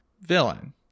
villain